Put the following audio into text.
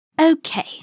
Okay